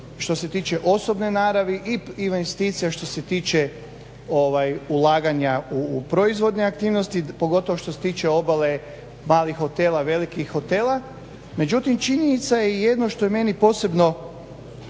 što se tiče osobne naravi i investicija što se tiče ulaganja u proizvodne aktivnosti pogotovo što se tiče obale, malih hotela, velikih hotela. Međutim činjenica je jedno što je meni posebno